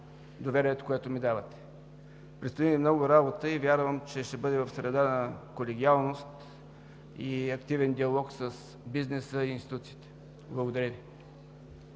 доверието, което ми давате. Предстои ни много работа и вярвам, че ще бъде в среда на колегиалност и активен диалог с бизнеса и институциите. Благодаря Ви.